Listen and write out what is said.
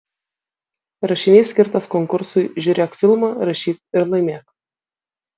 rašinys skirtas konkursui žiūrėk filmą rašyk ir laimėk